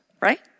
right